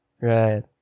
Right